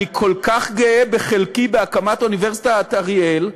אני כל כך גאה בחלקי בהקמת אוניברסיטת אריאל,